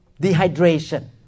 dehydration